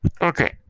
Okay